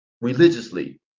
religiously